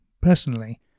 Personally